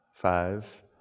Five